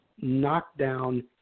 knockdown